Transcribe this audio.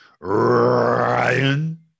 Ryan